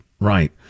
right